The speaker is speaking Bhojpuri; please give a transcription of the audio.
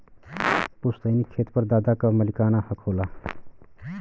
पुस्तैनी खेत पर दादा क मालिकाना हक होला